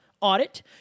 audit